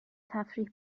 تفریح